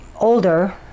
older